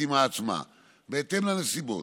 החתימה עצמה בהתאם לנסיבות.